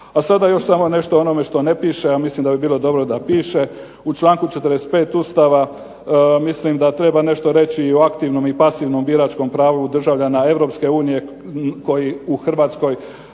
A sada još samo nešto o onome što ne piše, a mislim da bi bilo dobro da piše. U članku 45. Ustava mislim da treba nešto reći i o aktivnom i pasivnom biračkom pravu državljana Europske unije koji u Hrvatskoj